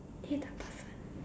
eh the person